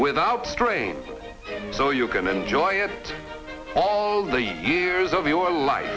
without strain so you can enjoy it all the years of your life